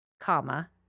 comma